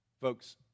Folks